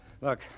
Look